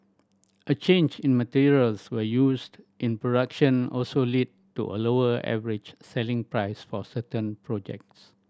a change in materials were used in production also led to a lower average selling price for certain projects